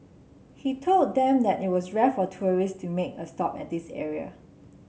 he told them that it was rare for tourists to make a stop at this area